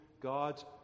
God's